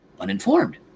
Uninformed